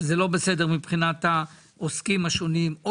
שזה לא בסדר מבחינת העוסקים השונים או